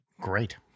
Great